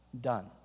done